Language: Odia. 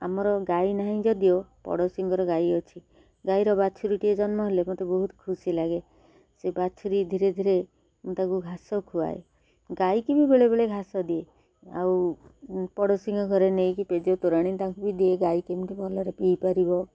ଆମର ଗାଈ ନାହିଁ ଯଦିଓ ପଡ଼ୋଶୀଙ୍କର ଗାଈ ଅଛି ଗାଈର ବାଛୁରୀଟିଏ ଜନ୍ମ ହେଲେ ମୋତେ ବହୁତ ଖୁସି ଲାଗେ ସେ ବାଛୁରୀ ଧୀରେ ଧୀରେ ମୁଁ ତାକୁ ଘାସ ଖୁଆଏ ଗାଈକି ବି ବେଳେବେଳେ ଘାସ ଦିଏ ଆଉ ପଡ଼ୋଶୀଙ୍କ ଘରେ ନେଇକି ପେଜ ତୋରାଣି ତାଙ୍କୁ ବି ଦିଏ ଗାଈ କେମିତି ଭଲରେ ପିଇପାରିବ